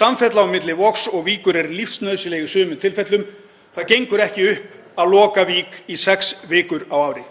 Samfella á milli Vogs og Víkur er lífsnauðsynleg í sumum tilfellum og það gengur ekki upp að loka Vík í sex vikur á ári.